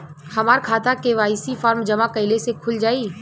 हमार खाता KYC form जमा कइले से खुल जाई?